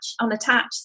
unattached